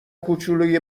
کوچولوی